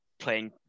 playing